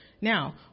now